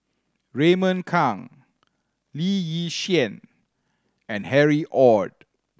Raymond Kang Lee Yi Shyan and Harry Ord